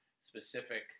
specific